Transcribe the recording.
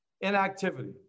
inactivity